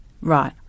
right